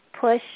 push